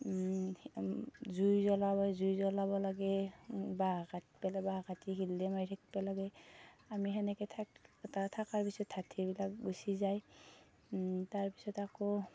জুই জ্বলাব জুই জ্বলাব লাগে বাঁহ কাটি বেলে বাঁহ কাটিবলে গিলে গুটি মাৰি থাকব লাগে আমি সেনেকে থাক তাৰ থাকাৰ পিছত হাতীবিলাক গুচি যায় তাৰ পিছত আকৌ